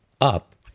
up